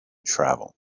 travel